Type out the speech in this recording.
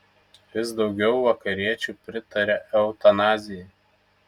vis daugiau vakariečių pritaria eutanazijai